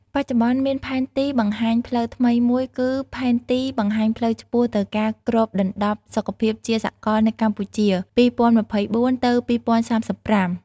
បច្ចុប្បន្ន មានផែនទីបង្ហាញផ្លូវថ្មីមួយគឺ "ផែនទីបង្ហាញផ្លូវឆ្ពោះទៅការគ្របដណ្ដប់សុខភាពជាសកលនៅកម្ពុជា ២០២៤ ទៅ ២០៣៥"។